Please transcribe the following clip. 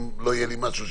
אם לא יהיה משהו,